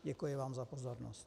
Děkuji vám za pozornost.